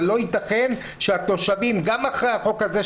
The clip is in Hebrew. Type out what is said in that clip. אבל לא ייתכן שהתושבים גם אחרי החוק הזה,